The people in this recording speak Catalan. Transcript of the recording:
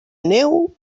neu